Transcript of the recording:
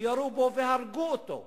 וירו בו והרגו אותו,